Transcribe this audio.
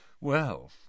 Well